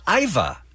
Iva